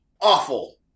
awful